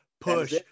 push